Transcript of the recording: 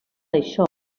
això